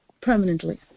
permanently